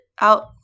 out